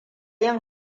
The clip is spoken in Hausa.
yin